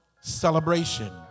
celebration